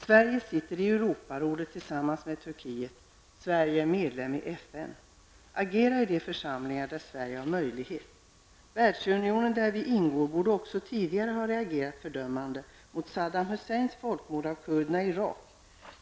Sverige sitter i Europarådet tillsammans med Turkiet, Sverige är medlen i FN. Agera i de församlingar där Sverige har möjlighet att göra det! Världsunionen, där vi ingår, borde också tidigare ha reagerat fördömande mot Saddam Husseins folkmord på kurderna i Irak.